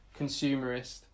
consumerist